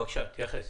בבקשה, תתייחס.